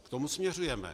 K tomu směřujeme.